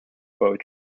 boat